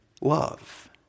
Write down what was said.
love